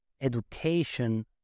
education